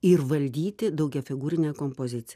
ir valdyti daugiafigūrinę kompoziciją